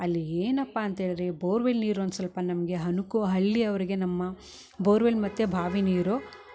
ಅಲ್ಲಿ ಏನಪ್ಪ ಅಂತ್ಹೇಳಿದ್ರೆ ಈ ಬೋರ್ವೆಲ್ ನೀರು ಒಂದು ಸ್ವಲ್ಪ ನಮಗೆ ಹನ್ಕು ಹಳ್ಳಿಯವರಿಗೆ ನಮ್ಮ ಬೋರ್ವೆಲ್ ಮತ್ತು ಬಾವಿ ನೀರು